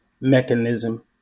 mechanism